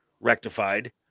rectified